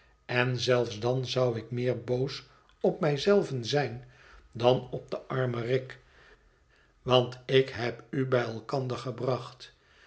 en zelfs dan zou ik meer boos op mij zelven zijn dan op den armen rick want ik heb u bij elkander gebracht